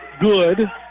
good